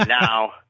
now